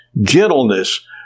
gentleness